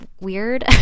weird